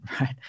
right